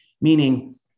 Meaning